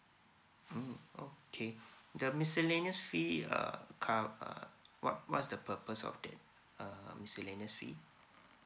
mm okay the miscellaneous free uh cov~ uh what what's the purpose of the miscellaneous fees